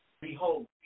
behold